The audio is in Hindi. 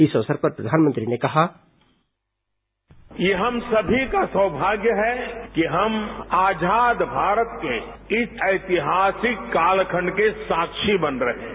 इस अवसर पर प्रधानमंत्री ने कहा कि ये हम सभी का सौभाग्य है कि हम आजाद भारत के इस एतिहासिक कालखण्ड के साक्षी बन रहे हैं